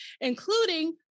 including